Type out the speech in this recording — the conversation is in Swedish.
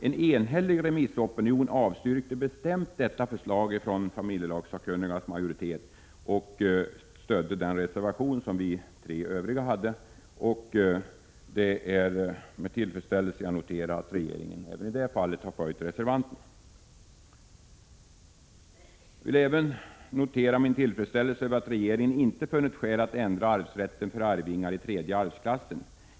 En enhällig remissopinion avstyrkte bestämt detta förslag från familjelagssakkunnigas majoritet och stödde den reservation som vi tre övriga representanter hade lämnat. Det är med tillfredsställelse jag noterar att regeringen även i det fallet följt reservanterna. Jag vill även uttala min tillfredsställelse över att regeringen inte har funnit skäl att ändra arvsrätten för arvingar i tredje arvsklassen.